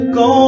go